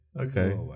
Okay